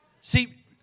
See